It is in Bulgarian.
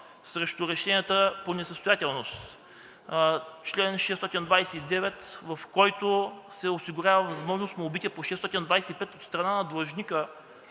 срещу решенията по несъстоятелност; чл. 629, в който се осигурява възможност молбите по чл. 625 от страна на длъжника